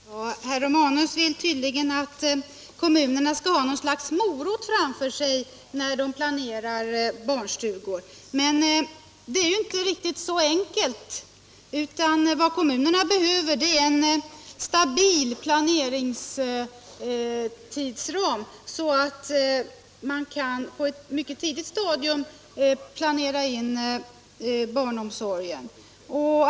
Herr talman! Herr Romanus vill tydligen att kommunerna skall ha något slags morot framför sig när de planerar barnstugor. Men det är inte riktigt så enkelt. Vad kommunerna behöver är en stabil planeringstidsram så att de på ett mycket tidigt stadium kan planera in barnomsorgen.